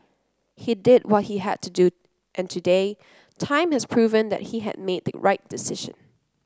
he did what he had to do and today time has proven that he had made the right decision